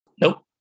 Nope